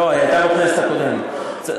היא הייתה בכנסת הקודמת.